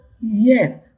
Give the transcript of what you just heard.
yes